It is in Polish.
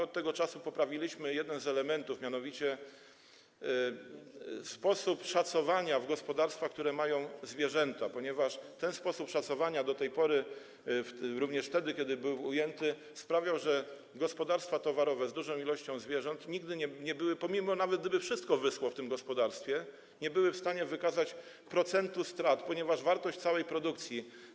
Od tego czasu poprawiliśmy jeden z elementów, mianowicie sposób szacowania w gospodarstwach, które mają zwierzęta, ponieważ sposób szacowania do tej pory, również wtedy, kiedy był ujęty, sprawiał, że gospodarstwa towarowe z dużą ilością zwierząt nigdy - nawet gdyby wszystko w tym gospodarstwie wyschło - nie były w stanie wykazać procentu strat, ponieważ była liczona wartość całej produkcji.